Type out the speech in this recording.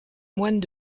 moines